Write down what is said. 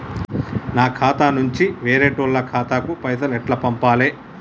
నా ఖాతా నుంచి వేరేటోళ్ల ఖాతాకు పైసలు ఎట్ల పంపాలే?